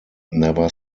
never